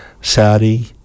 Saudi